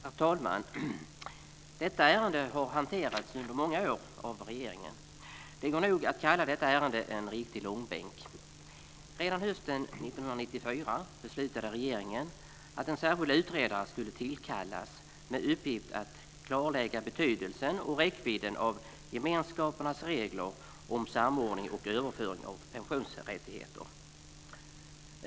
Herr talman! Detta ärende har hanterats under många år av regeringen. Det går nog att kalla det en riktig långbänk! Redan hösten 1994 beslutade regeringen att en särskild utredare skulle tillkallas med uppgift att klarlägga betydelsen och räckvidden av gemenskapernas regler om samordning och överföring av pensionsrättigheter.